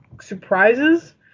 surprises